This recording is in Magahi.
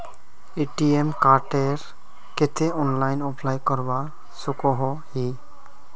ए.टी.एम कार्डेर केते ऑनलाइन अप्लाई करवा सकोहो ही?